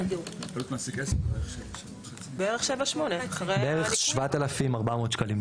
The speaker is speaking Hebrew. בערך 7,400 ₪